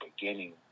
beginning